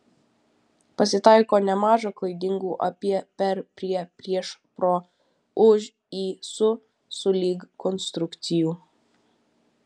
pasitaiko nemaža klaidingų apie per prie prieš pro už į su sulig konstrukcijų